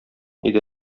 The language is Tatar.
иде